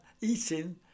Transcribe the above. eating